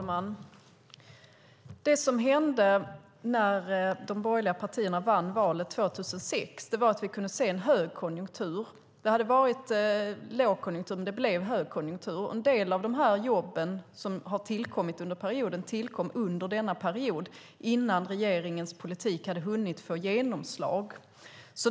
Fru talman! När de borgerliga partierna vann valet 2006 hade vi en högkonjunktur. Det hade varit lågkonjunktur, men blev högkonjunktur. En del av de jobb som har tillkommit under perioden tillkom innan regeringens politik hade hunnit få genomslag.